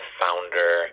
founder